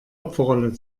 opferrolle